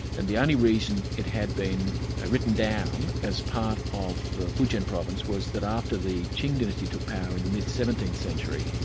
and the only reason it had been written down as part of the fujin province was that after the ching dynasty took power in the mid seventeenth century,